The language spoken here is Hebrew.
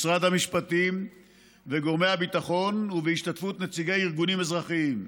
משרד המשפטים וגורמי הביטחון ובהשתתפות נציגי ארגונים אזרחיים.